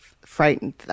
frightened